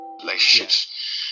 relationships